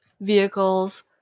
vehicles